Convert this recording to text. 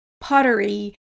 pottery